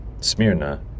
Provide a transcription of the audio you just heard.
Smyrna